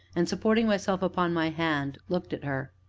and, supporting myself upon my hand, looked at her.